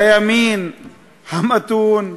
לימין המתון?